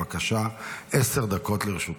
בבקשה, עשר דקות לרשותך.